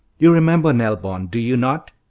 you remember nell bond, do you not?